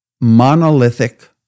monolithic